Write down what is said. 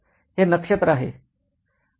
हे नक्षत्र आहे